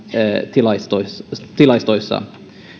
tilastoissa tilastoissa